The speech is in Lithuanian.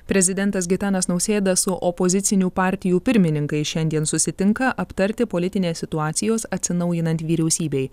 prezidentas gitanas nausėda su opozicinių partijų pirmininkais šiandien susitinka aptarti politinės situacijos atsinaujinant vyriausybei